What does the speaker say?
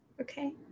Okay